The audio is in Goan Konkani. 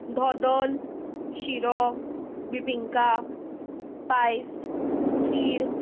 धोदल शिरो बिबिंका पायस खीर